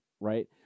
right